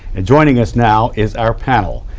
and joining us now is our panel.